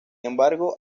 embargo